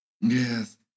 Yes